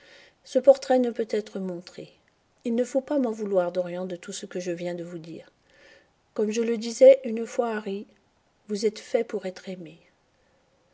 ce portrait ne peut être montré il ne faut pas m'en vouloir dorian de tout ce que je viens de vous dire comme je le disais une fois à harry vous êtes fait pour être aimé